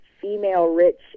female-rich